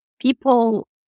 people